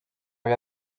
via